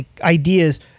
ideas